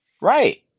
right